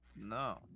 No